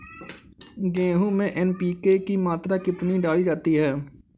गेहूँ में एन.पी.के की मात्रा कितनी डाली जाती है?